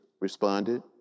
responded